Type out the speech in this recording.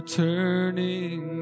turning